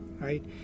right